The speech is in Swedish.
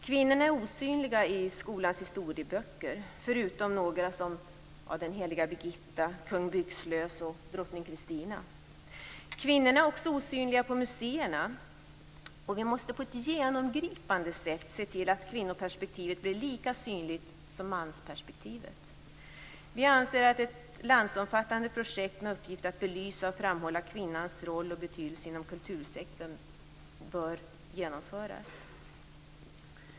Kvinnorna är osynliga i skolans historieböcker, förutom några som den heliga Birgitta, kung Byxlös och drottning Kristina. Kvinnorna är också osynliga på museerna. Vi måste på ett genomgripande sätt se till att kvinnoperspektivet blir lika synligt som mansperspektivet. Vi anser att ett landsomfattande projekt med uppgift att belysa och framhålla kvinnans roll och betydelse inom kultursektorn bör genomföras.